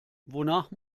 wonach